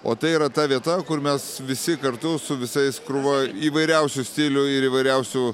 o tai yra ta vieta kur mes visi kartu su visais krūva įvairiausių stilių ir įvairiausių